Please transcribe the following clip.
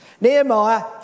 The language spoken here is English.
Nehemiah